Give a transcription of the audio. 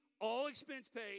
all-expense-paid